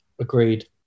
Agreed